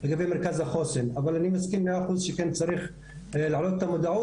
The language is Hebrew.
ואת אל-קסום ואת נווה מדבר,